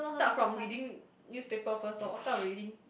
start from reading newspaper first loh start with reading